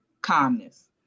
calmness